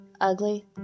ugly